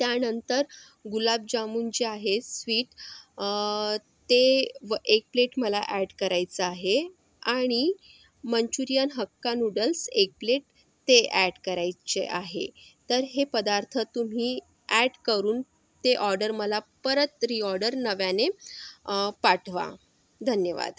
त्यानंतर गुलाबजामून जे आहे स्वीट ते व एक प्लेट मला ॲड करायचं आहे आणि मन्चुरिअन हक्का नूडल्स एक प्लेट ते ॲड करायचे आहे तर हे पदार्थ तुम्ही ॲड करून ते ऑर्डर मला परत रिऑर्डर नव्याने पाठवा धन्यवाद